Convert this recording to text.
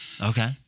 Okay